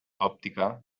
òptica